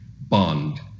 bond